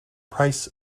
price